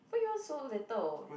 why you want so little